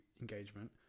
engagement